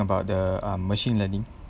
about the um machine learning